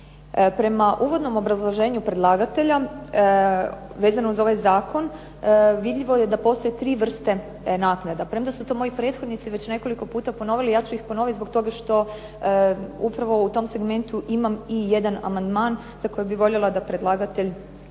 Prema uvodnom obrazloženju predlagatelja vezano uz ovaj zakon, vidljivo je da postoje tri vrste naknada. Premda su to moji prethodnici već nekoliko puta ponovili, ja ću ih ponoviti zbog toga što upravo u tom segmentu imam i jedan amandman, za kojeg bih voljela da predlagatelj